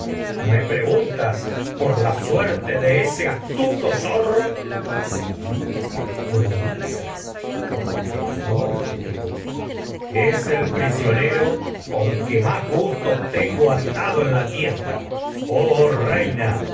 escapado preguntas por ayax me zorro la suerte de ese astuto minerva sí gunto ayax es atado por ulises tu competidor te pre el prisionero que con más gusto no tengo en la tienda oh reina